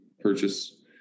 purchase